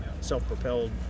self-propelled